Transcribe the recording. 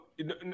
no